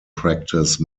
practice